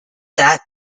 that